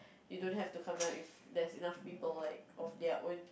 you don't have to come down if there's enough people like of their own